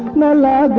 la la